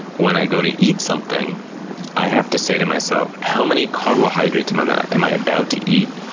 when i go to eat something i have to say to myself, how many carbohydrates um ah am i about to eat?